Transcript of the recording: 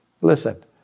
Listen